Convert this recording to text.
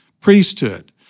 priesthood